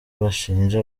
bashinja